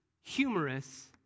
humorous